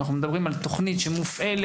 ואנחנו מדברים על תוכנית שמופעלת,